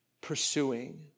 pursuing